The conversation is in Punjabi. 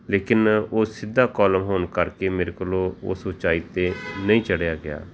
ਲੇਕਿਨ ਉਹ ਸਿੱਧਾ ਕੋਲਮ ਹੋਣ ਕਰਕੇ ਮੇਰੇ ਕੋਲੋਂ ਉਸ ਉੱਚਾਈ 'ਤੇ ਨਹੀਂ ਚੜ੍ਹਿਆ ਗਿਆ